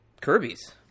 Kirby's